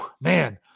man